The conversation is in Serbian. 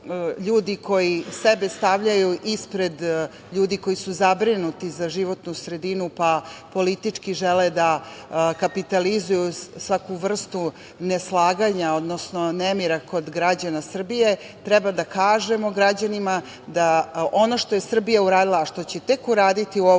koji sebe stavljaju ispred ljudi koji su zabrinuti za životnu sredinu, pa politički žele da kapitalizuju svaku vrstu neslaganja, odnosno nemira kod građana Srbije, treba da kažemo građanima da ono što je Srbija uradila, a što će tek uraditi u ovoj